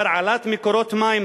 הרעלת מקורות מים,